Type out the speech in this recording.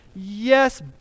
Yes